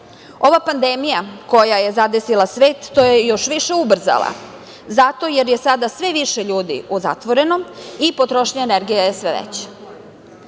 pandemija koja je zadesila svet to je još više ubrzala, zato jer je sada sve više ljudi u zatvorenom i potrošnja energije je sve veća.